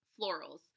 Florals